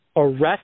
arrest